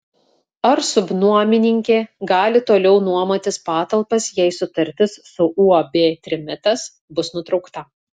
ar subnuomininkė gali toliau nuomotis patalpas jei sutartis su uab trimitas bus nutraukta